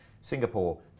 Singapore